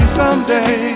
someday